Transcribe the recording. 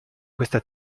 questa